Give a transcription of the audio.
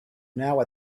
now